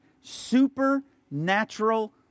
supernatural